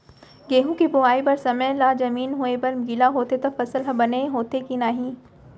गेहूँ के बोआई बर समय ला जमीन होये बर गिला होथे त फसल ह बने होथे की नही?